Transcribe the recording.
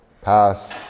past